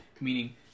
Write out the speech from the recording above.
Meaning